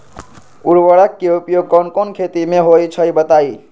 उर्वरक के उपयोग कौन कौन खेती मे होई छई बताई?